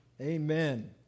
Amen